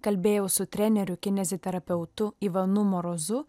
kalbėjau su treneriu kineziterapeutu ivanu morozu